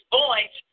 voice